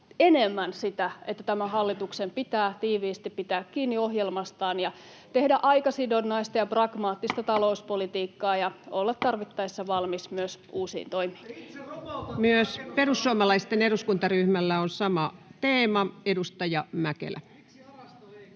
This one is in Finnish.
enemmän sitä, että tämän hallituksen pitää tiiviisti pitää kiinni ohjelmastaan ja tehdä aikasidonnaista ja pragmaattista talouspolitiikkaa ja olla tarvittaessa valmis myös uusiin toimiin. [Jussi Saramon välihuuto] Myös perussuomalaisten edustajaryhmällä on sama teema. — Edustaja Mäkelä. Arvoisa